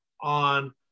on